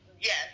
yes